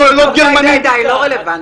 צוללות גרמניות --- די, זה לא רלוונטי.